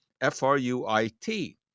f-r-u-i-t